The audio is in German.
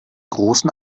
großen